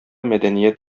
мәдәният